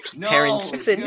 parents